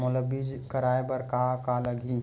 मोला बीमा कराये बर का का लगही?